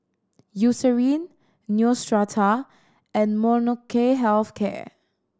Eucerin Neostrata and Molnylcke Health Care